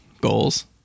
goals